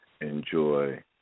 enjoy